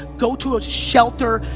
go to a shelter.